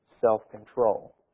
self-control